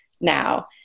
now